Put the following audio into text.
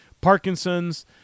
Parkinson's